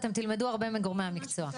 אתם תלמדו הרבה מגורמי המקצוע.